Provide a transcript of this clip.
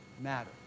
matter